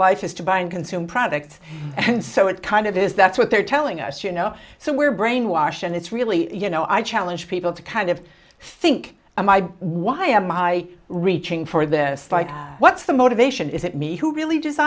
life is to buy and consume products and so it kind of is that's what they're telling us you know so we're brainwashed and it's really you know i challenge people to kind of think why am i reaching for this what's the motivation is it me who really des